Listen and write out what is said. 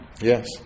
Yes